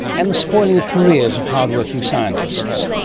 and the spoiling of careers of hard working scientists.